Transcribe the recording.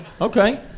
Okay